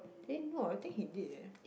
eh no I think he did eh